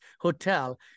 hotel